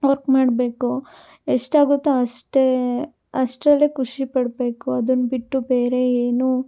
work ಮಾಡಬೇಕು ಎಷ್ಟಾಗುತ್ತೋ ಅಷ್ಟೇ ಅಷ್ಟರಲ್ಲೇ ಖುಷಿಪಡಬೇಕು ಅದನ್ನ ಬಿಟ್ಟು ಬೇರೆ ಏನೂ